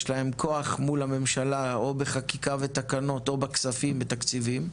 יש להם כוח מול הממשלה או בחקיקה ותקנות או בכספים בתקציבים,